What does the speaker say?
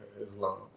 Islam